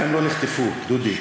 הם לא נחטפו, דודי.